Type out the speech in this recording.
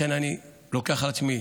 לכן אני לוקח על עצמי